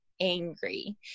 angry